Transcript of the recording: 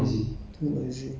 um